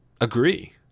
agree